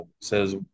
says